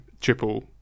triple